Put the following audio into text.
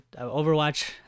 Overwatch